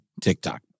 TikTok